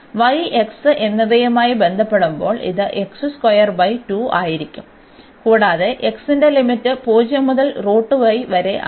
അതിനാൽ y x എന്നിവയുമായി ബന്ധപ്പെടുമ്പോൾ ഇത് ആയിരിക്കും കൂടാതെ x ന്റെ ലിമിറ്റ് 0 മുതൽ വരെയാണ്